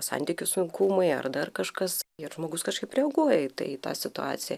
santykių sunkumai ar dar kažkas ir žmogus kažkaip reaguoja į tai į tą situaciją